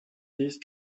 these